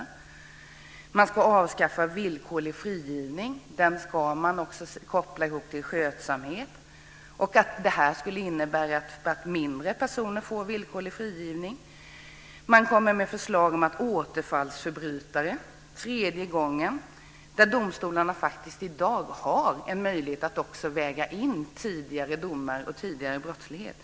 Man ska avskaffa villkorlig frigivning eller koppla den till skötsamhet. Det skulle innebära att färre personer frigivs villkorligt. Man kommer med förslag om återfallsförbrytare som begår brott för tredje gången. Domstolarna har faktiskt redan i dag en möjlighet att väga in tidigare domar och tidigare brottslighet.